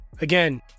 Again